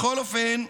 בכל אופן,